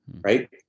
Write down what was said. right